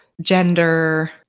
gender